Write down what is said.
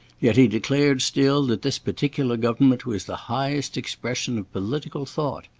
yet he declared still that this particular government was the highest expression of political thought.